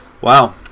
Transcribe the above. Wow